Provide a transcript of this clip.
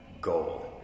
goal